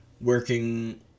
working